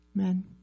Amen